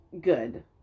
good